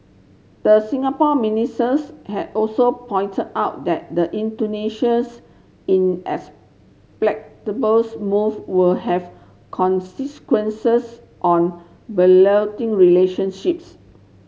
the Singapore ministers had also pointed out that the Indonesia's move will have consequences on relationships